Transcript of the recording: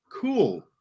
Cool